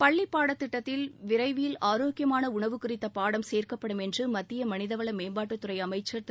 பள்ளிப் பாடத்திட்டத்தில் விரைவில் ஆரோக்கியமான உணவு குறித்த பாடம் சேர்க்கப்படும் என்று மத்திய மனிதவள மேம்பாட்டுத்துறை அமைச்சர் திரு